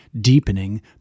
deepening